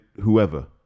whoever